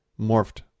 morphed